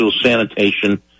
sanitation